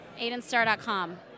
Aidenstar.com